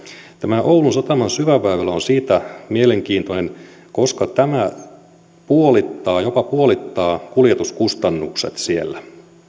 tämä oulun sataman syväväylä on siitä mielenkiintoinen koska tämä jopa puolittaa kuljetuskustannukset siellä